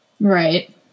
Right